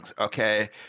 okay